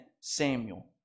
Samuel